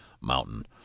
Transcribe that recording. mountain